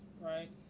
right